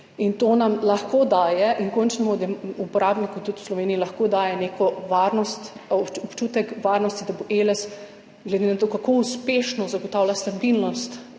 In to lahko daje končnim uporabnikom tudi v Sloveniji neko varnost, občutek varnosti, da bo Eles, glede na to, kako uspešno zagotavlja stabilnost